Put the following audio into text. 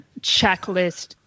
checklist